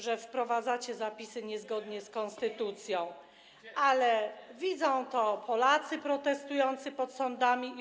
że wprowadzacie zapisy niezgodne z konstytucją, ale widzą to Polacy protestujący pod sądami i.